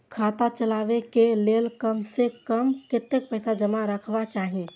खाता चलावै कै लैल कम से कम कतेक पैसा जमा रखवा चाहि